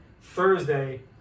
Thursday